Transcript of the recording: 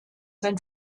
sein